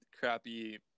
crappy